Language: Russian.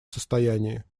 состоянии